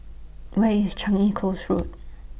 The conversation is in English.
Where IS Changi Coast Road